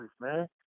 man